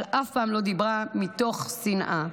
אבל אף פעם לא דיברה מתוך שנאה.